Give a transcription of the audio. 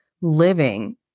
living